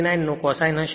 89 નો cosine હશે